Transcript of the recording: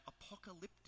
apocalyptic